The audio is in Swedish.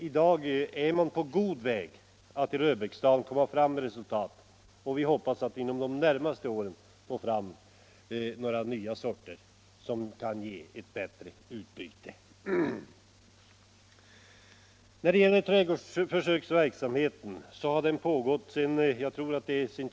I dag är man på god väg att få fram resultat i Röbäcksdalen. Vi hoppas att inom de närmaste åren få fram nya so:ter som kan ge bättre utbyte. Trädgårdsförsöksverksamheten i Öjebyn har pågått i 28 år, tror jag.